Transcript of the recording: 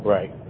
Right